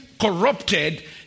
corrupted